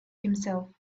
himself